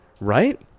right